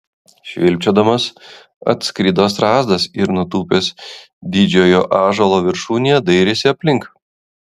švilpčiodamas atskrido strazdas ir nutūpęs didžiojo ąžuolo viršūnėje dairėsi aplink